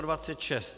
26.